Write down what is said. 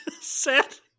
set